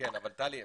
אבל, טלי,